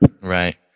Right